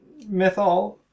Mythol